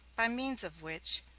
by means of which,